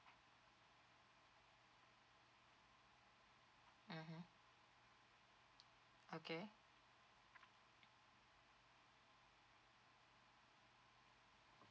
mmhmm okay